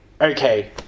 okay